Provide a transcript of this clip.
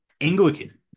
anglican